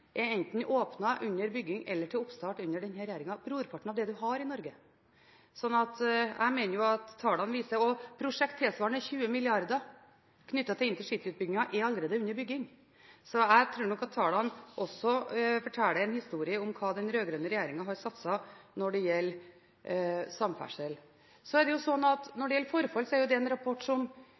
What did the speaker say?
er altså enten åpnet, under bygging eller til oppstart under denne regjeringen. Tallene viser også at prosjekter tilsvarende 20 mrd. kr knyttet til intercity-utbyggingen allerede er under bygging. Så jeg tror nok at tallene også forteller en historie om hva den rød-grønne regjeringen har satset når det gjelder samferdsel. Når det gjelder forfall, har Samferdselsdepartementet bidratt til å bestille en rapport om forfallet både på riksveger og på fylkesveger. Det skyldes at vi trenger en